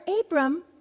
Abram